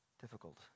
difficult